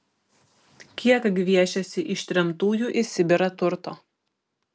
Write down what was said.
kiek gviešėsi ištremtųjų į sibirą turto